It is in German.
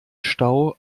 stau